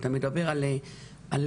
ואתה מדבר על חינוך.